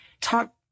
talk